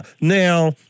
Now